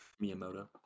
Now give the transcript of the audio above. Miyamoto